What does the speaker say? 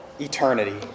eternity